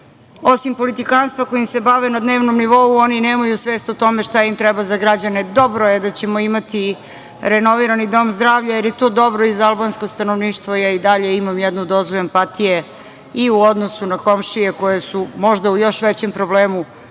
osim politikanstva kojim se bave na dnevnom nivou, oni nemaju svest o tome šta im treba za građane. Dobro je da ćemo imati renovirani dom zdravlja, jer je to dobro i za albansko stanovništvo. Ja i dalje imam jednu dozu empatije i u odnosu na komšije, koje su možda u još većem problemu